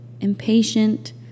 impatient